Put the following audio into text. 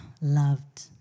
loved